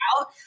out